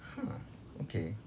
!huh! okay